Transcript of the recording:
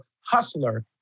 hustler